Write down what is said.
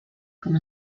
como